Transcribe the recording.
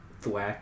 thwack